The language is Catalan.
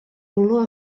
olor